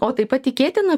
o taip pat tikėtina